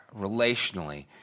relationally